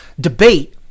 debate